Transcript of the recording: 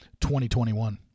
2021